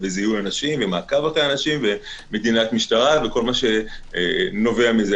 בזיהוי אנשים ומעקב אחרי אנשים ומדינת משטרה וכל הנובע מזה,